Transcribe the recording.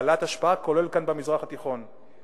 בעלת השפעה, כולל כאן במזרח התיכון.